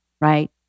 right